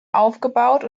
aufgebaut